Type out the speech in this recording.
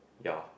ya